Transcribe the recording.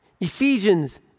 Ephesians